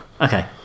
Okay